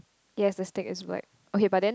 yes the stick is white okay but then